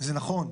זה נכון,